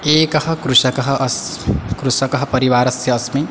एकः कृषकः अस् कृषकः परिवारस्य अस्मि